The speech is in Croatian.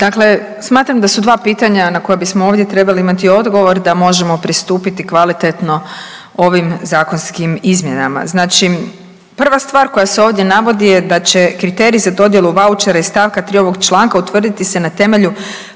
Dakle, smatram da su dva pitanja na koja bismo ovdje trebali imati odgovor da možemo pristupiti kvalitetno ovim zakonskim izmjenama. Znači prva stvar koja se ovdje navodi je da će kriterij za dodjelu vaučera iz st. 3. ovog članka utvrditi se na temelju